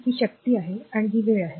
ही शक्ती आहे आणि ही वेळ आहे